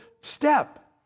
step